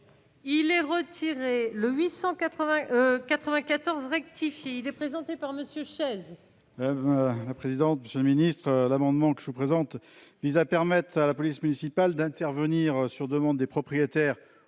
Il est retiré, le 880 94 rectifié Yves. Présenté par Monsieur chaise. La présidente, monsieur le ministre, l'amendement que je présente, vise à permettre à la police municipale d'intervenir sur demande des propriétaires